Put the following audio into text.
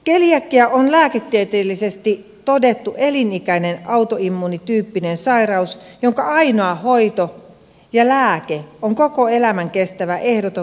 keliakia on lääketieteellisesti todettu elinikäinen autoimmuunityyppinen sairaus jonka ainoa hoito ja lääke on koko elämän kestävä ehdoton gluteeniton ruokavalio